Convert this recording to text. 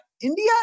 India